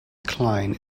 cline